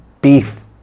beef